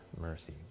mercy